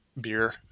beer